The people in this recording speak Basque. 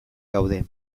gaude